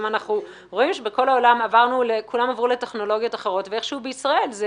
אנחנו רואם שבכל העולם כולם עברו לטכנולוגיות אחרות ואיכשהו בישראל זה